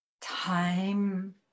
Time